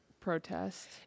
protest